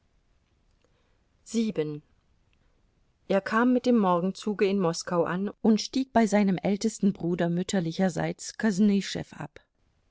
er kam mit dem morgenzuge in moskau an und stieg bei seinem ältesten bruder mütterlicherseits kosnüschew ab